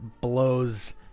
blows